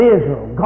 Israel